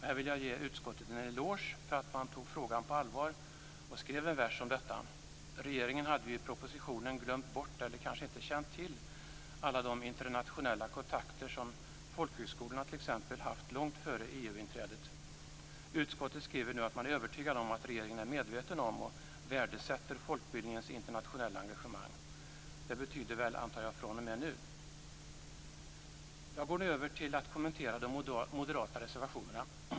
Jag vill här ge utskottet en eloge för att man tog frågan på allvar och skrev en vers om detta. Regeringen hade ju i propositionen glömt bort eller kanske inte känt till alla de internationella kontakter som t.ex. folkhögskolorna haft långt före EU inträdet. Utskottet skriver att man är övertygad om att regeringen är medveten om och värdesätter folkbildningens internationella engagemang. Det betyder väl fr.o.m. nu. Jag går nu över till att kommentera de moderata reservationerna.